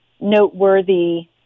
noteworthy